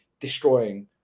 destroying